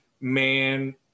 man